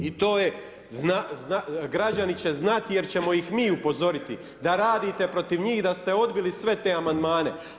I to je, građani će znati jer ćemo ih mi upozoriti da radite protiv njih i da ste odbili sve te amandmane.